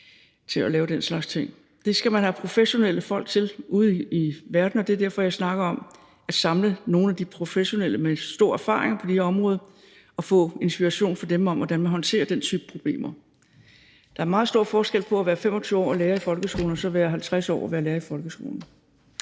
Det skal man have professionelle folk ude i verden til, og det er derfor, jeg snakker om at samle nogle af de professionelle med stor erfaring på det område og få inspiration fra dem til, hvordan man håndterer den type problemer. Der er meget stor forskel på at være 25 år og være lærer i folkeskolen og så være 50 år og være lærer i folkeskolen.